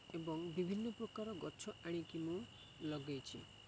ଏବଂ ବିଭିନ୍ନ ପ୍ରକାର ଗଛ ଆଣିକି ମୁଁ ଲଗେଇଛି